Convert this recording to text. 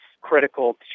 critical